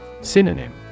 Synonym